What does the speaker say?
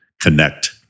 connect